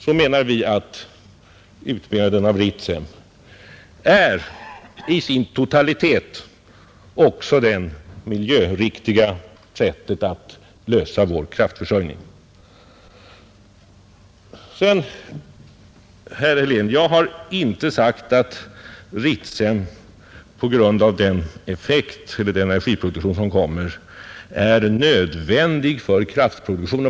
Då menar vi att utbyggnaden av Ritsem innebär i sin totalitet också det miljöriktigaste sättet att lösa problemet med vår kraftförsörjning. Sedan har jag, herr Helén, inte sagt att Ritsem på grund av den energiproduktion som kommer är nödvändigt för kraftförsörjningen.